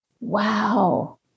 Wow